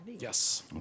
Yes